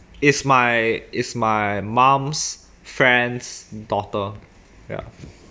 it's my is my mom's friend's daughter ya